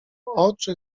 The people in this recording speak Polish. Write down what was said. oczy